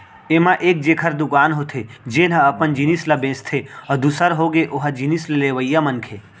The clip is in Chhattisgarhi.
ऐमा एक जेखर दुकान होथे जेनहा अपन जिनिस ल बेंचथे अउ दूसर होगे ओ जिनिस ल लेवइया मनखे